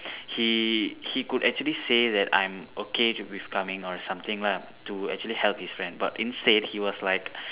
he he could actually say that I'm okay with coming or something lah to actually help his friend but instead he was like